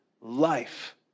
life